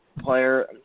player